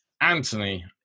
Anthony